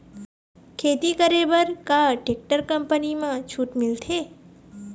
खेती करे बर का टेक्टर कंपनी म छूट मिलथे?